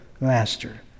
master